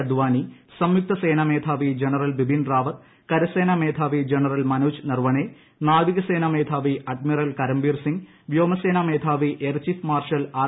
അദ്ധാനി സംയുക്ത് സേനാ മേധാവി ജനറൽ ബിപിൻ റാവത്ത് കരസേന മേധ്യാപി ജനറൽ മനോജ് നർവണെ നാവികാ സേനാ മേധാവി അഡ്മിറ്റ്ൽ കരംബീർ സിങ് വ്യോമസേനാ മേധാവി എയർ ചീഫ് മാർഷൽ ആർ